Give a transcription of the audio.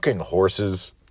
horses